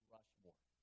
Rushmore